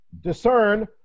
discern